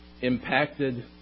impacted